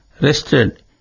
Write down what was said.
rested